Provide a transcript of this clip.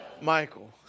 Michael